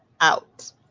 out